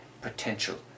potential